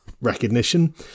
recognition